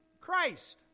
Christ